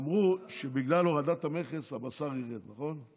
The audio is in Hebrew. אמרו שבגלל הורדת המכס הבשר ירד, נכון?